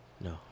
No